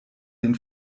den